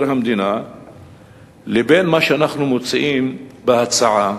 המדינה לבין מה שאנחנו מוצאים בהצעה.